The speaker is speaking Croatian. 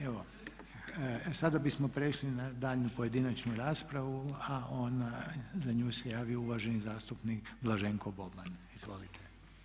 Evo, sada bismo prešli na daljnju pojedinačnu raspravu a za nju se javio uvaženi zastupnik Blaženko Boban, izvolite.